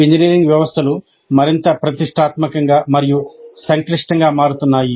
engineering వ్యవస్థలు మరింత ప్రతిష్టాత్మకంగా మరియు సంక్లిష్టంగా మారుతున్నాయి